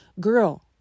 girl